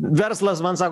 verslas man sako